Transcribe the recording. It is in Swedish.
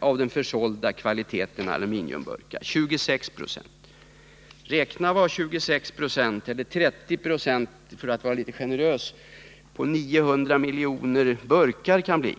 av den försålda kvantiteten aluminiumburkar. Räkna efter vad ca 30 96 —- om vi skall vara litet generösa — på 900 miljoner burkar kan bli!